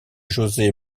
josé